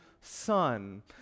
Son